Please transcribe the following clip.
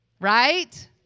right